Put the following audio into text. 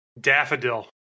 Daffodil